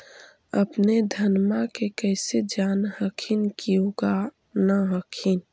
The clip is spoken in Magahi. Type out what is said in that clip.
अपने धनमा के कैसे जान हखिन की उगा न हखिन?